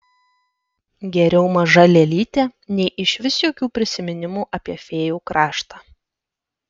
geriau maža lėlytė nei išvis jokių prisiminimų apie fėjų kraštą